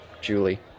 Julie